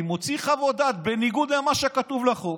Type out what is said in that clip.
ומוציא חוות דעת בניגוד למה שכתוב בחוק,